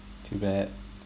too bad